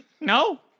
No